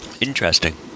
Interesting